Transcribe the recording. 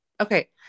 Okay